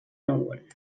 núvol